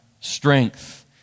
strength